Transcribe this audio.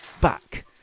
back